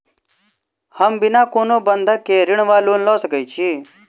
हम बिना कोनो बंधक केँ ऋण वा लोन लऽ सकै छी?